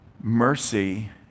mercy